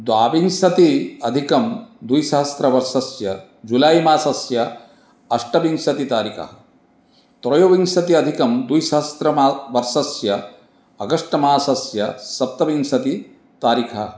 द्वाविंशत्यधिकं द्विसहस्रवर्षस्य जुलै मासस्य अष्टविंशति तारीकः त्रयोविंशत्यधिकं द्विसहस्रतमवर्षस्य आगस्ट् मासस्य सप्तविंशतिः तारीकः